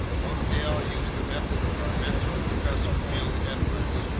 conseil used the methods of our mentor professor milne-edwards,